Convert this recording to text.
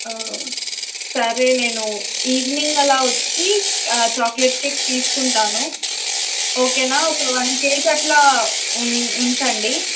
సరే నేను ఈవినింగ్ అలా వచ్చి చాక్లెట్ కేక్ తీసుకుంటాను ఓకేనా ఒక వన్ కేజ్ అట్లా ఉ ఉంచండి